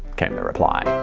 came the reply.